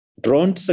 Drone